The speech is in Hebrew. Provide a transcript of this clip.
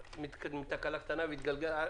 הייתה תקלה קטנה וזה התגלגל.